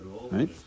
Right